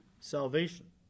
Salvation